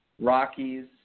Rockies